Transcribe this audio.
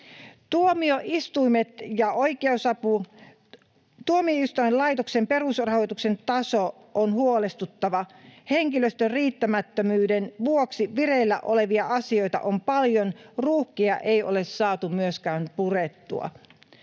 Tuomioistuimet ja oikeusapu: Tuomioistuinlaitoksen perusrahoituksen taso on huolestuttava. Henkilöstön riittämättömyyden vuoksi vireillä olevia asioita on paljon. Ruuhkia ei ole saatu myöskään purettua.